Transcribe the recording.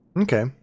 Okay